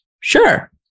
sure